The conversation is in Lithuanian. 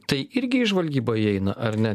tai irgi į žvalgybą įeina ar ne